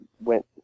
went